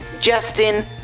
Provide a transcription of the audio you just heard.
Justin